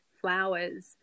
flowers